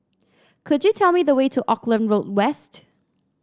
could you tell me the way to Auckland Road West